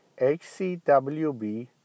hcwb